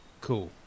Cool